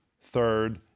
third